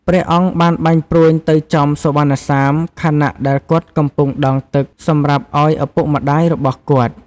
ព្រះអង្គបានបាញ់ព្រួញទៅចំសុវណ្ណសាម ខណៈដែលគាត់កំពុងដងទឹកសម្រាប់ឲ្យឪពុកម្ដាយរបស់គាត់។